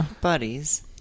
Buddies